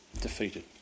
defeated